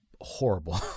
horrible